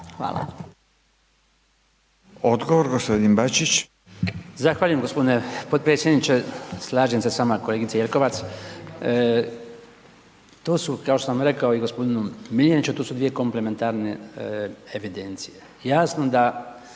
Bačić. **Bačić, Branko (HDZ)** Zahvaljujem gospodine potpredsjedniče. Slažem se s vama kolegice Jelkovac, to su kao što sam rekao i gospodinu Miljeniću to su dvije komplementarne evidencije. Jasno da,